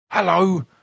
Hello